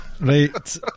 Right